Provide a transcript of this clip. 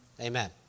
Amen